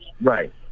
Right